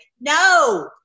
No